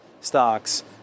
stocks